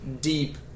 deep